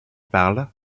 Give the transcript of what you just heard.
parle